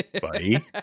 Buddy